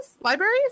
libraries